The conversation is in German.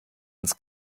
ins